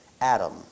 Adam